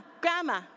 Grandma